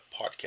Podcast